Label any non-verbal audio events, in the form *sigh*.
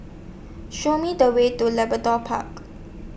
Show Me The Way to *unintelligible* Park